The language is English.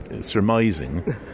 surmising